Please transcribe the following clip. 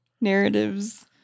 narratives